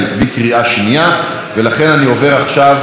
ולכן אני עובר עכשיו להצבעה בקריאה